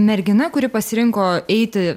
mergina kuri pasirinko eiti